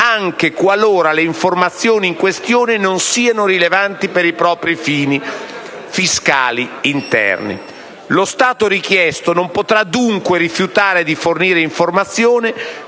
anche qualora le informazioni in questione non siano rilevanti per i propri fini fiscali interni. Lo Stato richiesto non potrà dunque rifiutare di fornire informazioni